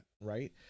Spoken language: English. right